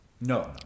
No